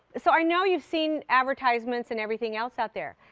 so i know you've seen advertisements and everything else out there.